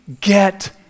get